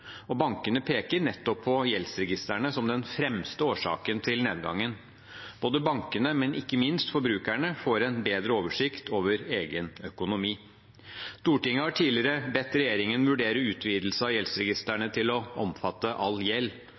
Bankene peker nettopp på gjeldsregistrene som den fremste årsaken til nedgangen. Bankene og ikke minst forbrukerne får en bedre oversikt over egen økonomi. Stortinget har tidligere bedt regjeringen vurdere utvidelse av gjeldsregistrene til å omfatte all gjeld.